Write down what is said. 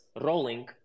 rolling